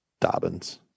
Dobbins